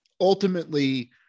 ultimately